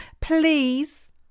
please